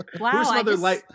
Wow